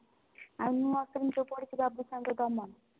ଆଉ ନୂଆ ଫିଲ୍ମ ଯେଉଁ ପଡ଼ିଛି ବାବୁଶାନର ଦମନ